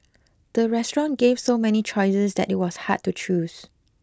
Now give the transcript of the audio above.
the restaurant gave so many choices that it was hard to choose